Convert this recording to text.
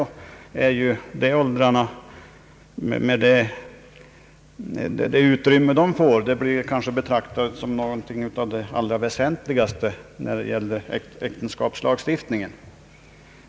Men i debatten här i dag med det utrymme som dessa frågor får blir kanske giftasåldrarna betraktade som det allra väsentligaste när det gäller äktenskapslagstiftningen.